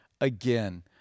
again